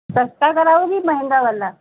सस्ता कराओगी महंगा वाला